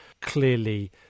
clearly